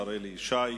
השר אלי ישי,